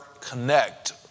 connect